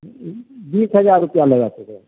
बीस हजार रूपैआ